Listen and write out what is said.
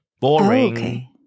Boring